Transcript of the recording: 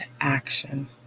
action